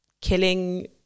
killing